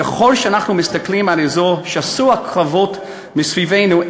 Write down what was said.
ככל שאנחנו מסתכלים על אזור שסוע קרבות מסביבנו,